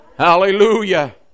Hallelujah